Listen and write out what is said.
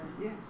Yes